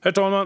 Herr talman!